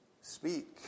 speak